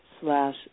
slash